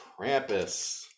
Krampus